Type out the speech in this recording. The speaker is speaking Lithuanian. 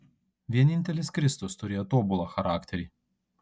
vienintelis kristus turėjo tobulą charakterį